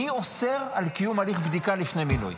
מי אוסר על קיום הליך בדיקה לפני מינוי?